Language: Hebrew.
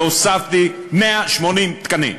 והוספתי 180 תקנים.